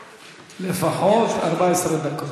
לפחות 14 דקות.